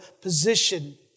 position